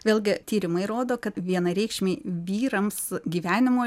vėlgi tyrimai rodo kad vienareikšmiai vyrams gyvenimo